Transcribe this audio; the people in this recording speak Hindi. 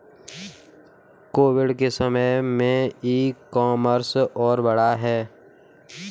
कोविड के समय में ई कॉमर्स और बढ़ा है